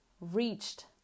reached